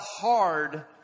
hard